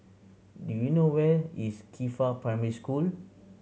do you know where is Qifa Primary School